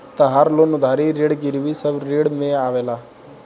तहार लोन उधारी ऋण गिरवी सब ऋण में आवेला